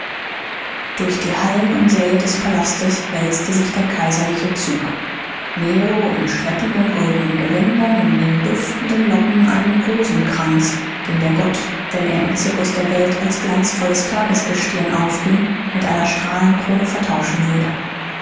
durch die hallen und säle des palastes wälzte sich der kaiserliche zug nero in schleppenden goldenen gewändern in den duftenden locken einen rosenkranz den der gott wenn er im cirkus der welt als glanzvolles tagesgestirn aufging mit einer strahlenkrone vertauschen würde